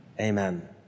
Amen